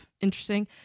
interesting